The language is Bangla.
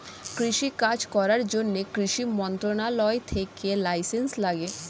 কৃষি কাজ করার জন্যে কৃষি মন্ত্রণালয় থেকে লাইসেন্স লাগে